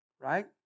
right